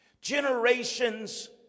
Generations